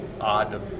odd